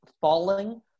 falling